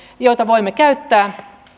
joita voimme käyttää